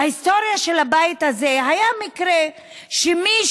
בהיסטוריה של הבית הזה היה מקרה שמישהו,